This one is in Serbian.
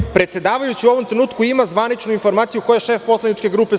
Da li predsedavajući u ovom trenutku ima zvaničnu informaciju ko je šef poslaničke grupe SNS?